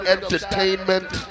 Entertainment